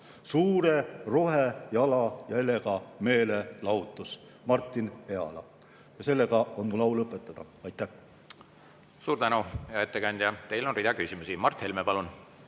"Suure rohejalajäljega meelelahutus" – Martin Ehala. Sellega on mul au lõpetada. Aitäh! Suur tänu, hea ettekandja! Teile on rida küsimusi. Mart Helme, palun!